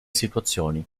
situazioni